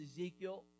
Ezekiel